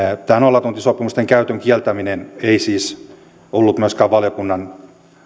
tämä nollatuntisopimusten käytön kieltäminen ei siis ollut myöskään valiokunnan